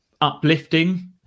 uplifting